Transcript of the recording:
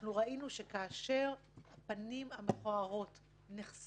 אנחנו ראינו כיצד זה מטלטל אותם כאשר הפנים המכוערים נחשפים